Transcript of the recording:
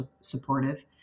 supportive